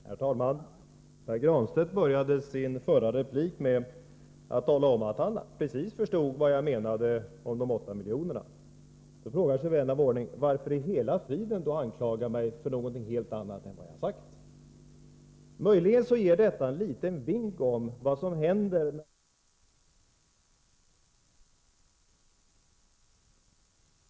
Herr talman! Pär Granstedt började sin förra replik med att tala om att han förstod precis vad jag menade när det gällde de åtta miljonerna. Då frågar sig vän av ordning: Varför då i hela friden anklaga mig för något helt annat än vad jag har sagt? Möjligen ger detta agerande en liten vink om vad som händer när man låter det exalterade tonläget flyga iväg med argumenten.